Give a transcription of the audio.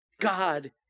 God